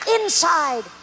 Inside